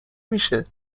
میشه